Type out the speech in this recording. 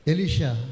Elisha